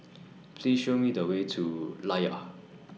Please Show Me The Way to Layar